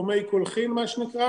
או מי קולחין מה שנקרא,